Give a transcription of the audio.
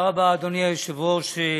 תודה רבה, אדוני היושב-ראש,